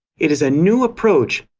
it is a new approach,